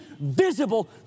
visible